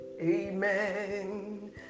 amen